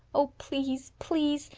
oh, please, please!